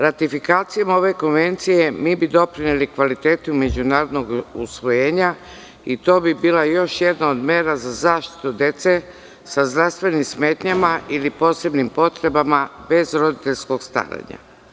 Ratifikacijom ove konvencije doprineli bi kvalitetu međunarodnog usvojenja i to bi bila još jedna mera za zaštitu dece sa zdravstvenim smetnjama ili posebnim potrebama bez roditeljskog staranja.